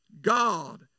God